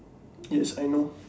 yes I know